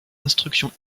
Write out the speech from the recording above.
instruction